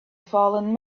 fallen